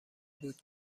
بود